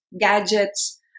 gadgets